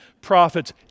prophets